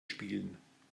spielen